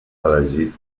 elegit